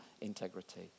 integrity